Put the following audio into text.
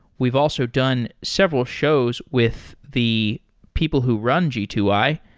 we've also done several shows with the people who run g two i,